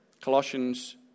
Colossians